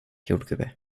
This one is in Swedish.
jordgubbe